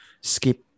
skip